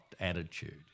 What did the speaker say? attitude